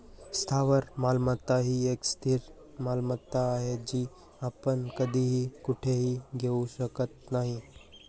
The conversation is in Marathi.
स्थावर मालमत्ता ही एक स्थिर मालमत्ता आहे, जी आपण कधीही कुठेही घेऊ शकत नाही